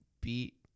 beat